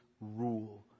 rule